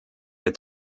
der